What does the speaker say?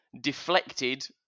deflected